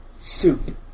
soup